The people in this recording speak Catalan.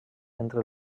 entre